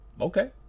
Okay